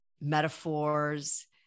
metaphors